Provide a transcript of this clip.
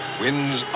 wins